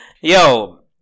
Yo